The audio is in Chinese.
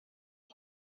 情况